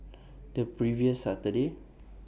The previous Saturday